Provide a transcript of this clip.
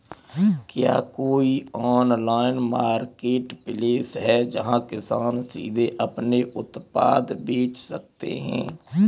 क्या कोई online marketplace है जहाँ किसान सीधे अपने उत्पाद बेच सकते हैं?